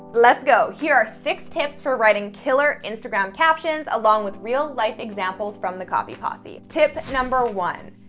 let's go. here are six tips for writing killer instagram captions along with real life examples from the copy posse. tip number one,